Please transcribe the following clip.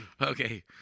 okay